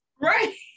right